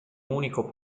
unico